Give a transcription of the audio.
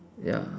ya